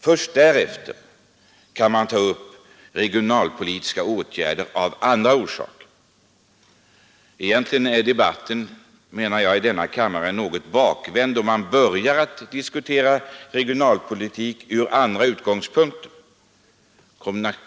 Först därefter kan man ta upp regionalpolitiska åtgärder av annan typ. Egentligen är debatten i denna kammare något bakvänd, då man börjar med att diskutera regionalpolitik från andra synpunkter.